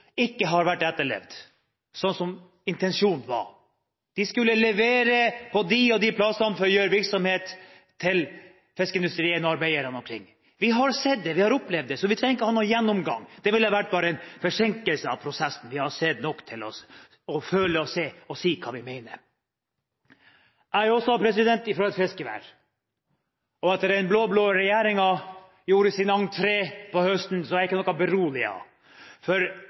og de plassene for å gi virksomhet til fiskeindustrien og arbeiderne omkring. Vi har sett det, vi har opplevd det, så vi trenger ikke å ha noen gjennomgang. Det ville bare ha vært en forsinkelse av prosessen. Vi har sett nok til å føle det og si hva vi mener. Jeg er også fra et fiskevær. Etter at den blå-blå regjeringen gjorde sin entré i høst, er jeg ikke noe